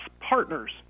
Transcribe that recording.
partners